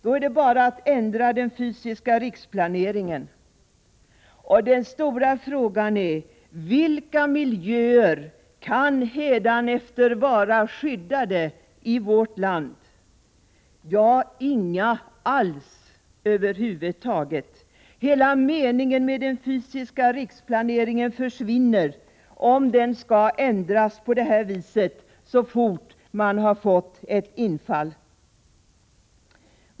Då är det bara att ändra den fysiska riksplaneringen. Den stora frågan är: Vilka miljöer kan hädanefter vara skyddade i vårt land? Ja, inga alls. Hela meningen med den fysiska riksplaneringen försvinner om den skall ändras så fort någon får ett infall.